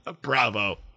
bravo